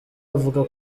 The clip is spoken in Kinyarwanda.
avuga